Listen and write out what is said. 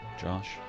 Josh